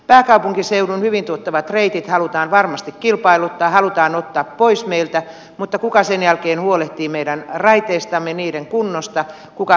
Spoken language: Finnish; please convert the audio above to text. pääkaupunkiseudun hyvin tuottavat reitit halutaan varmasti kilpailuttaa halutaan ottaa pois meiltä mutta kuka sen jälkeen huolehtii meidän raiteistamme niiden kunnosta kuka huolehtii asemista